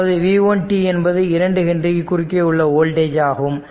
அதாவது v1t என்பது 2 ஹென்றிக்கு குறுக்கே உள்ள வோல்டேஜ் ஆகும்